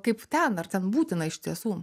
kaip ten ar ten būtina iš tiesų